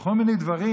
וכל מיני דברים.